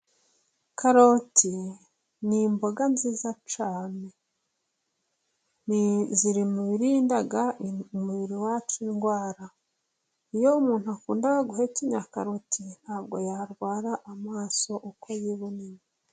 Karoti ni imboga nziza cyane, ziri mubirinda umubiri wacu indwara, iyo umuntu akunda guhekenya karoti, ntabwo yarwara amaso uko yiboneye.